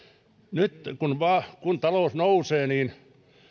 nyt kun talous nousee niin